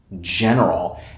general